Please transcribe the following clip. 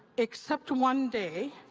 except one day,